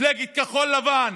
ממפלגת כחול לבן,